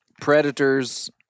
predators